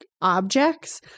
objects